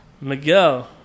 Miguel